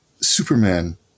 Superman